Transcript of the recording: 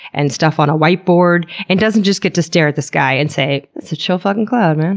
and stuff on a white board, and doesn't just get to stare at the sky and say, that's a chill fucking cloud, man.